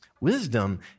wisdom